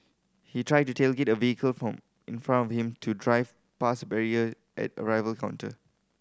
he tried to tailgate the vehicle in front of him to drive past a barrier at the arrival counter